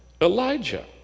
Elijah